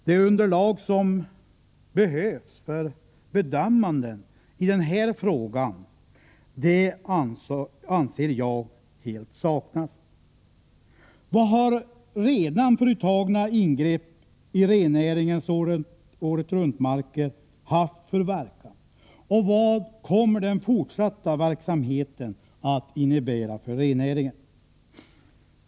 Det underlag som behövs för bedömanden i denna fråga, anser jag helt saknas. Vad har redan företagna ingrepp i rennäringens åretruntmarker haft för verkan och vad kommer den fortsatta verksamheten att innebära för rennäringen?